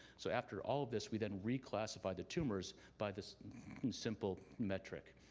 so after all of this, we then reclassified the tumors by this simple metric.